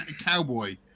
Cowboy